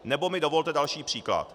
Nebo mi dovolte další příklad.